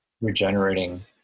regenerating